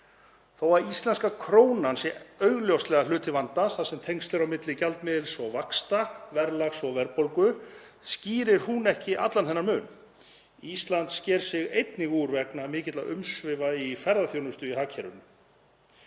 Þó að íslenska krónan sé augljóslega hluti vandans, þar sem tengsl eru á milli gjaldmiðils og vaxta, verðlags og verðbólgu, skýrir hún ekki allan þennan mun. Ísland sker sig einnig úr vegna mikilla umsvifa ferðaþjónustu í hagkerfinu.